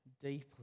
deeply